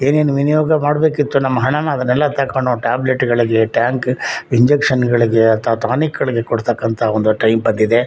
ಏನೇನು ವಿನಿಯೋಗ ಮಾಡಬೇಕಿತ್ತು ನಮ್ಮ ಹಣನ ಅದನ್ನೆಲ್ಲ ತಗೊಂಡು ಟ್ಯಾಬ್ಲೆಟ್ಗಳಿಗೆ ಟ್ಯಾಂಕ್ ಇಂಜೆಕ್ಷನ್ಗಳಿಗೆ ಅಥ್ವಾ ಟಾನಿಕ್ಗಳಿಗೆ ಕೊಡತಕ್ಕಂಥ ಒಂದು ಟೈಮ್ ಬಂದಿದೆ